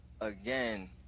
again